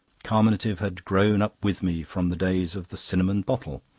carminative had grown up with me from the days of the cinnamon bottle.